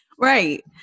Right